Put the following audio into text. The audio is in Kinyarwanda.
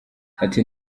ati